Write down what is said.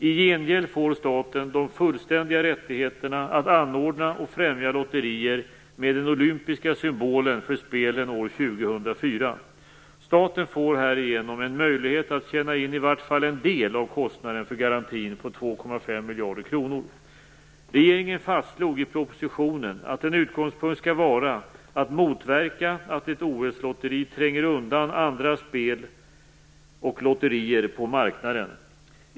I gengäld får staten de fullständiga rättigheterna att anordna och främja lotterier med den olympiska symbolen för spelen år 2004. Staten får härigenom en möjlighet att tjäna in i varje fall en del av kostnaden för garantin på Regeringen fastslog i propositionen att en utgångspunkt skall vara att motverka att ett OS-lotteri tränger undan andra spel och lotterier på marknaden.